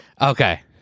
Okay